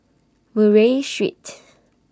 Murray Street